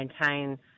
maintain